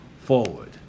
Forward